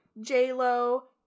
J-Lo